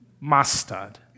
mastered